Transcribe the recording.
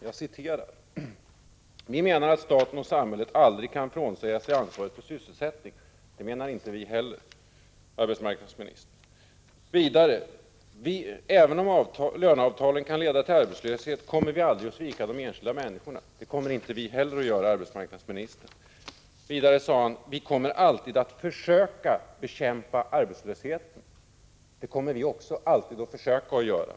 Jag citerar: ”Vi menar att staten och samhället aldrig kan frånsäga sig ansvaret för sysselsättningen.” Det menar inte vi heller, arbetsmarknads 31 betydelse för utvecklingen på arbetsmarknaden ministern. Vidare: ”Även om löneavtalen kan leda till arbetslöshet kommer vi aldrig att svika de enskilda människorna.” Det kommer inte vi heller att göra, arbetsmarknadsministern. Vidare sade han: ”Vi kommer alltid att försöka bekämpa arbetslösheten.” Det kommer vi också alltid att försöka göra.